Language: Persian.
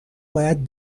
باید